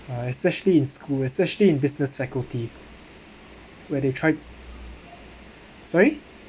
uh especially in school especially in business faculty where they tried sorry